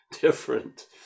different